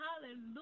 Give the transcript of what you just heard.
hallelujah